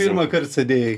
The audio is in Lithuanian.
pirmąkart sėdėjai